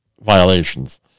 violations